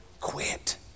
quit